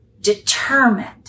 determined